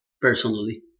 personally